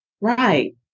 Right